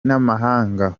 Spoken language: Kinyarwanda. n’amahanga